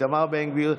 איתמר בן גביר,